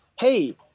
hey –